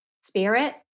spirit